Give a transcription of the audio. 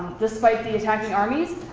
despite the attacking armies.